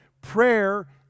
Prayer